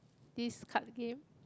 this card game